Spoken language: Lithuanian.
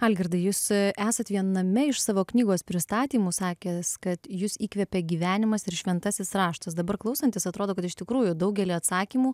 algirdai jūs esat viename iš savo knygos pristatymų sakęs kad jus įkvėpė gyvenimas ir šventasis raštas dabar klausantis atrodo kad iš tikrųjų daugelį atsakymų